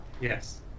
Yes